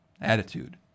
attitude